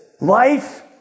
Life